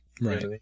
Right